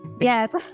Yes